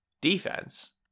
defense